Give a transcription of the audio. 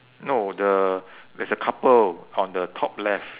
no the there's a couple on the top left